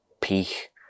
peak